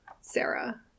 Sarah